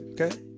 Okay